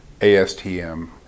ASTM